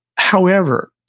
however,